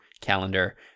calendar